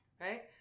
right